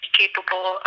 capable